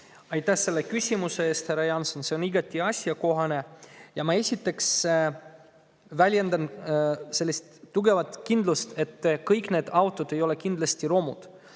Aitäh selle küsimuse eest, härra Jaanson! See on igati asjakohane. Ma esiteks väljendan tugevat kindlust, et kõik need autod ei ole romud.